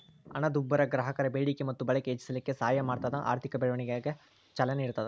ಹಣದುಬ್ಬರ ಗ್ರಾಹಕರ ಬೇಡಿಕೆ ಮತ್ತ ಬಳಕೆ ಹೆಚ್ಚಿಸಲಿಕ್ಕೆ ಸಹಾಯ ಮಾಡ್ತದ ಆರ್ಥಿಕ ಬೆಳವಣಿಗೆಗ ಚಾಲನೆ ನೇಡ್ತದ